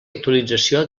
actualització